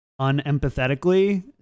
unempathetically